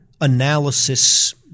analysis